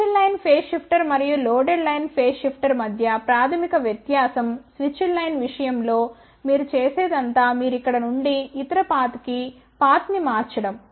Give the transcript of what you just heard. switched line phase shifter మరియు loaded line phase shifter మధ్య ప్రాథమిక వ్యత్యాసం స్విచ్డ్ లైన్ విషయం లో మీరు చేసే దంతా మీరు ఇక్కడ నుండి ఇతర పాత్ కి పాత్ ని మార్చడం